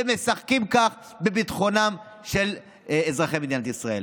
ומשחקים כך בביטחונם של אזרחי מדינת ישראל.